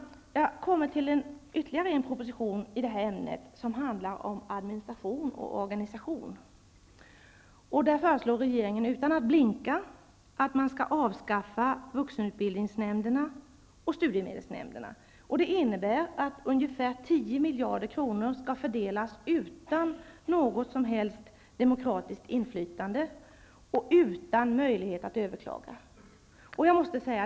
Det har kommit ytterligare en proposition i detta ämne som handlar om administration och organisation. Där föreslår regeringen utan att blinka att vuxenutbildningsnämnderna och studiemedelsnämnderna skall avskaffas. Det innebär att ungeför 10 miljarder kronor skall fördelas utan något som helst demokratiskt inflytande och utan möjlighet att överklaga.